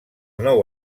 nou